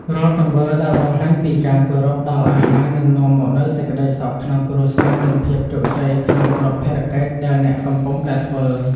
រាល់ទង្វើដែលបង្ហាញពីការគោរពដល់អាហារនឹងនាំមកនូវសេចក្តីសុខក្នុងគ្រួសារនិងភាពជោគជ័យក្នុងគ្រប់ភារកិច្ចដែលអ្នកកំពុងតែធ្វើ។